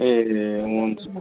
ए हुन्छ